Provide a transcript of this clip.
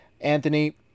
Anthony